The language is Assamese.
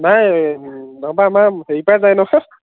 নাই নহবা আমাৰ হেৰিপৰাই যাই নহয়